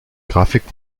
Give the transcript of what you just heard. grafik